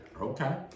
Okay